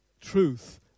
truth